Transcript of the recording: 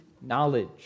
knowledge